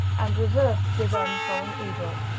and reserved to them for an evil,